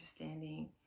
understanding